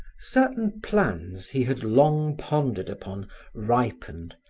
certain plans he had long pondered upon ripened,